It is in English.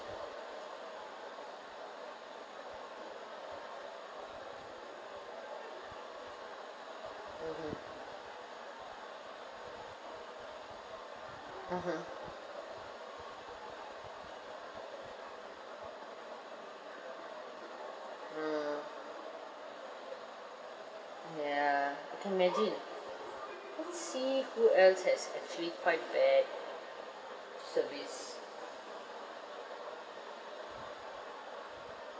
mmhmm mmhmm mm ya I can imagine let's see who else has actually quite bad service